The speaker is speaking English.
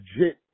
legit